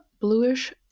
bluish